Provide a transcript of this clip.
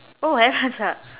oh haven't ah